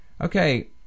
Okay